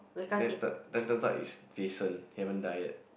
then turn turns turns out is Jason haven't die yet